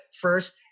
first